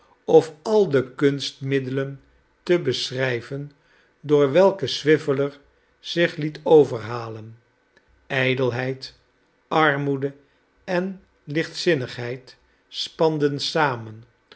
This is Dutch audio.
of al de kunstmiddelen te beschrijven door welke swiveller zich liet overhalen lldelheid armoede en lichtzinnigheid spanden samen